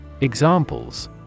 Examples